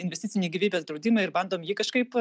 investicinį gyvybės draudimą ir bandom jį kažkaip